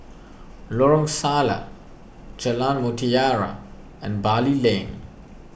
Lorong Salleh Jalan Mutiara and Bali Lane